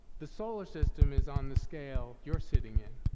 the solar system is on the scale you're sitting in.